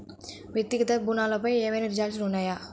వ్యక్తిగత ఋణాలపై ఏవైనా ఛార్జీలు ఉన్నాయా?